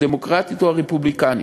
הדמוקרטית או הרפובליקנית,